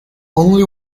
only